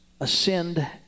ascend